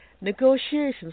negotiations